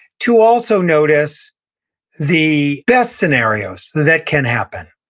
to also notice the best scenarios that can happen.